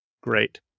Great